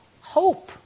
hope